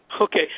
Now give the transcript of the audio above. Okay